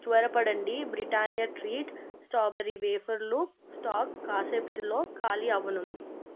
త్వరపడండి Britannia treat strawberry వేఫర్లు stock కాసేపట్లో ఖాళీ అవ్వనుంది